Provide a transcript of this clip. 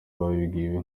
babibwiwe